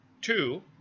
two